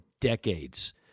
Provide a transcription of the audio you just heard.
decades